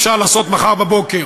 תמרור אפשר לעשות מחר בבוקר.